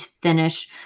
finish